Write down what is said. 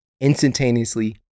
instantaneously